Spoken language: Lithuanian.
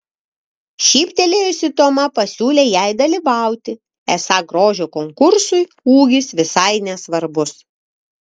šyptelėjusi toma pasiūlė jai dalyvauti esą grožio konkursui ūgis visai nesvarbus